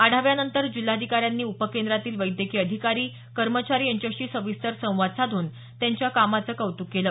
आढाव्यानंतर जिल्हाधिकाऱ्यांनी उपकेंद्रातील वैद्यकीय अधिकारी कर्मचारी यांच्याशी सविस्तर संवाद साधून त्यांच्या कामाचं कौत्क केलं